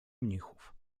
mnichów